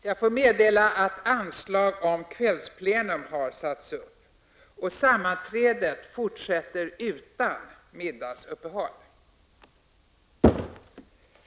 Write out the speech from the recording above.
Jag får meddela att anslag nu har satts upp om att detta sammanträde skall fortsätta efter kl.